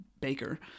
baker